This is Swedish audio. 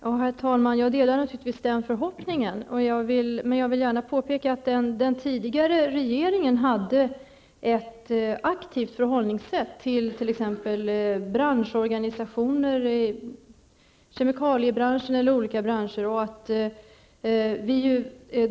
Herr talman! Jag delar naturligtvis den förhoppningen. Men jag vill gärna påpeka att den tidigare regeringen hade ett aktivt förhållningssätt till exempelvis branschorganisationer i kemikaliebranschen och andra branscher.